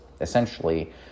Essentially